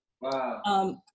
Wow